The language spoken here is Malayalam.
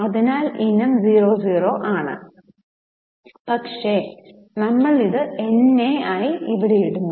അതിനാൽ ഇനം 000 ആണ് പക്ഷേ നമ്മൾ അത് NA ആയി ഇവിടെ ഇടുന്നു